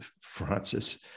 Francis